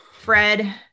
Fred